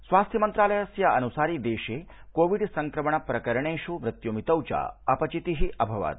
स्वास्थ्य मन्त्रालयस्य अनुसारि देशे कोविड् संक्रमण प्रकरणेषु मृत्युमितौ च अपचितिः अभवत्